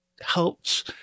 helps